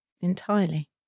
entirely